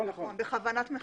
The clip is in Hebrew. בכוונת מכוון.